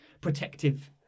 protective